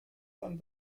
von